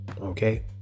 Okay